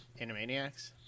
Animaniacs